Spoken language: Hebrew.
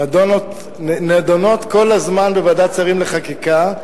נדונות כל הזמן בוועדת שרים לחקיקה,